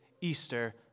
Easter